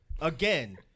Again